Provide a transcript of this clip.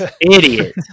Idiot